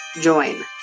join